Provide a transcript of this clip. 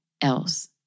else